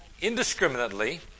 indiscriminately